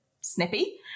snippy